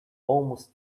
almost